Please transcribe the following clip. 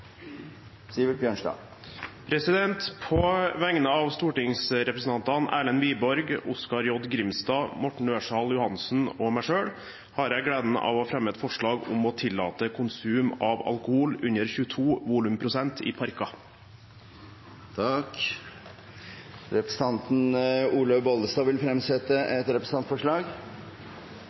Sivert Bjørnstad vil fremsette et representantforslag. På vegne av stortingsrepresentantene Erlend Wiborg, Oskar J. Grimstad, Morten Ørsal Johansen og meg selv har jeg gleden av å fremme et forslag om å tillate konsum av alkohol under 22 volumprosent i parker. Representanten Olaug V. Bollestad vil fremsette et representantforslag.